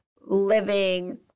living